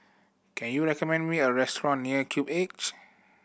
can you recommend me a restaurant near Cube eights